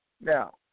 Now